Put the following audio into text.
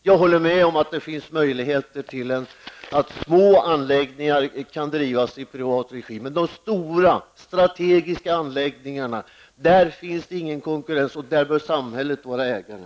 Jag håller med om att små anläggningar kan drivas i privat regi. Men när det gäller de stora strategiska anläggningarna finns det ingen konkurrens, och där bör samhället vara ägare.